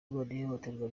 n’ihohoterwa